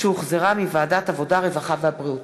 שהחזירה ועדת העבודה, הרווחה והבריאות.